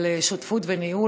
על שותפות וניהול.